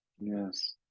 yes